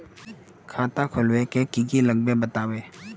खाता खोलवे के की की लगते बतावे?